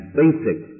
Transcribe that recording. basic